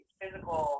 physical